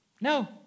no